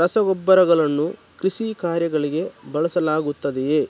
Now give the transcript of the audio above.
ರಸಗೊಬ್ಬರಗಳನ್ನು ಕೃಷಿ ಕಾರ್ಯಗಳಿಗೆ ಬಳಸಲಾಗುತ್ತದೆಯೇ